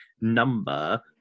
number